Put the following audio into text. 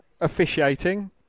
officiating